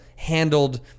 handled